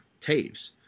Taves